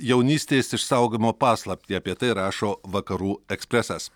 jaunystės išsaugojimo paslaptį apie tai rašo vakarų ekspresas